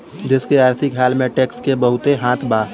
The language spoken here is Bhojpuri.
देश के आर्थिक हाल में टैक्स के बहुते हाथ बा